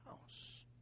house